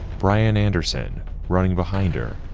brian anderson running behind her,